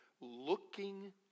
Looking